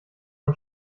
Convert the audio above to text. man